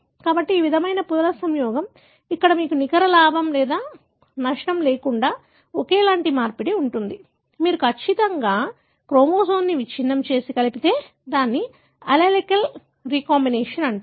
కాబట్టి ఈ విధమైన పునఃసంయోగం ఇక్కడ మీకు నికర లాభం లేదా నష్టం లేకుండా ఒకేలాంటి మార్పిడి ఉంటుంది మీరు ఖచ్చితంగా క్రోమోజోమ్ను విచ్ఛిన్నం చేసి కలిపితే దాన్ని అల్లెలిక్ రీకంబినేషన్ అంటారు